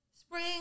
Spring